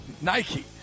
Nike